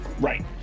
Right